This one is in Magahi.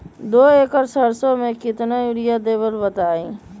दो एकड़ सरसो म केतना यूरिया देब बताई?